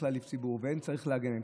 להעליב עובד ציבור ואין צריך להגן עליהם.